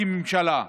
כממשלה,